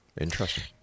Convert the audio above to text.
Interesting